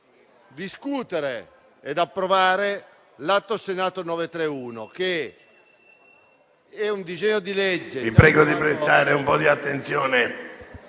discutere ed approvare l'Atto Senato 931, un disegno di legge